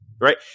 Right